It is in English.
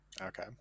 Okay